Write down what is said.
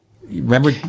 remember